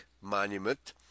monument